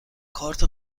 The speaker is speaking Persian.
کارت